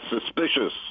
suspicious